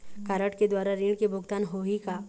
Card के द्वारा ऋण के भुगतान होही का?